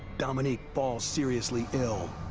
dominique falls seriously ill.